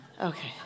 Okay